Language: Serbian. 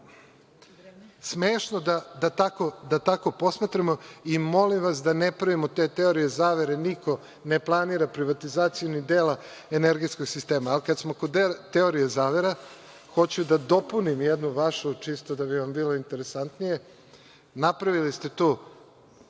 smešno da tako posmatramo. Molim vas da ne pravimo te teorije zavere. Niko ne planira privatizaciju ni dela energetskog sistema. Kada smo kod teorija zavere, hoću da dopunim jednu vašu, čisto da bi vam bilo interesantnije, napravili ste tu